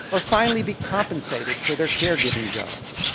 or finally be compensated for their care giving jobs.